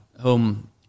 home